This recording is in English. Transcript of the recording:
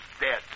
dead